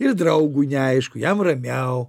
ir draugui neaišku jam ramiau